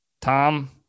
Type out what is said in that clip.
Tom